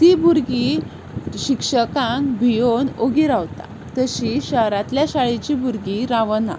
तीं भुरगीं शिक्षकांक भियोन उगी रावता तशीं शारांतल्या शाळेचीं भुरगीं रावना